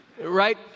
right